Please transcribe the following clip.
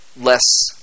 less